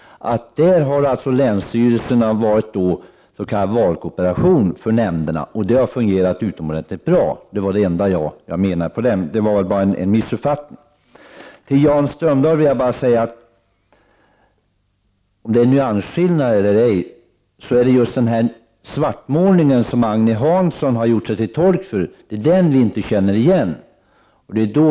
I Norrbotten har länsstyrelserna varit s.k. valkorporation för nämnderna, och det har fungerat utomordentligt bra. Det var det enda jag menade med det jag sade. Det blev bara en missuppfattning. Till Jan Strömdahl vill jag säga följande när det gäller detta med nyansskillnader. Det är just den svartmålning som Agne Hansson har gjort som vi inte känner igen.